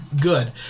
good